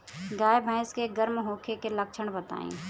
गाय भैंस के गर्म होखे के लक्षण बताई?